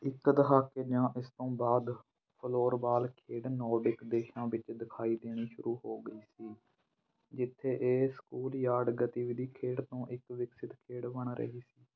ਇੱਕ ਦਹਾਕੇ ਜਾਂ ਇਸ ਤੋਂ ਬਾਅਦ ਫਲੋਰਬਾਲ ਖੇਡ ਨੌਰਡਿਕ ਦੇਸ਼ਾਂ ਵਿੱਚ ਦਿਖਾਈ ਦੇਣੀ ਸ਼ੁਰੂ ਹੋ ਗਈ ਸੀ ਜਿੱਥੇ ਇਹ ਸਕੂਲਯਾਰਡ ਗਤੀਵਿਧੀ ਖੇਡ ਤੋਂ ਇੱਕ ਵਿਕਸਤ ਖੇਡ ਬਣ ਰਹੀ ਸੀ